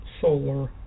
solar